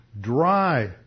dry